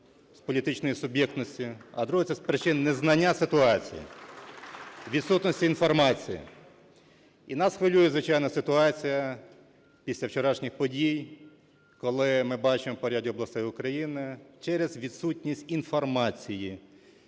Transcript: з політичної суб'єктності, а друге – це з причин незнання ситуації, відсутності інформації. І нас хвилює, звичайно, ситуація після вчорашніх подій, коли ми бачимо по ряду областей України через відсутність інформації